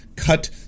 cut